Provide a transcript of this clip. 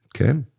Okay